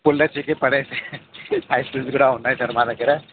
పుల్ల చీకి పడేసే ఐస్ క్రీమ్స్ కూడా ఉన్నాయి సార్ మా దగ్గర